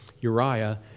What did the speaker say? Uriah